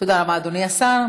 תודה רבה, אדוני השר.